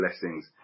blessings